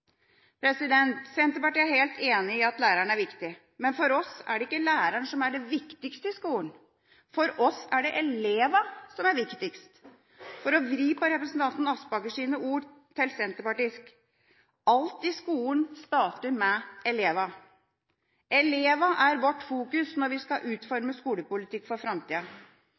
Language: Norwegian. Senterpartiet er helt enig i at læreren er viktig, men for oss er det ikke læreren som er det viktigste i skolen. For oss er det elevene som er viktigst. For å vri representanten Aspaker sine ord til «senterpartisk»: Alt i skolen starter med elevene. Elevene er vårt fokus når vi skal utforme skolepolitikk for